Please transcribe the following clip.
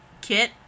Kit